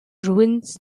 ruins